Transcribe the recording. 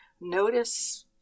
notice